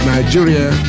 Nigeria